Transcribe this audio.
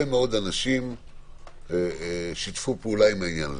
מאוד אנשים שיתפו פעולה עם העניין הזה.